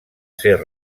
ser